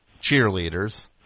cheerleaders